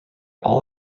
all